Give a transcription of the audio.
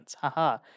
haha